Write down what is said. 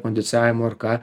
kondicionavimo ar ką